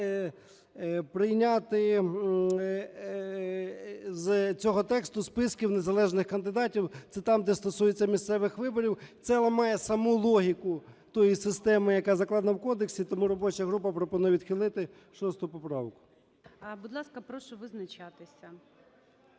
прийняти з цього тексту списків незалежних кандидатів, це там, де стосується місцевих виборів. Це ламає саму логіку тої системи, яка закладена у кодексі. Тому робоча група пропонує відхилити 6 поправку. ГОЛОВУЮЧИЙ. Будь ласка, прошу визначатися.